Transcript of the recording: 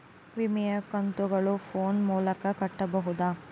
ವಿಮೆಯ ಕಂತುಗಳನ್ನ ಫೋನ್ ಮೂಲಕ ಕಟ್ಟಬಹುದಾ?